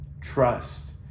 Trust